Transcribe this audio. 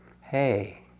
hey